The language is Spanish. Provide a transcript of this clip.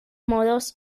modos